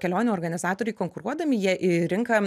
kelionių organizatoriai konkuruodami jie į rinką